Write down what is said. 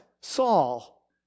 Saul